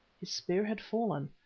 his spear had fallen,